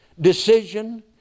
decision